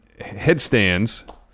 headstands